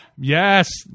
Yes